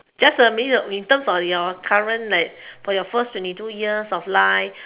just maybe in terms of your current like for your first twenty two years of life